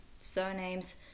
surnames